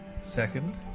Second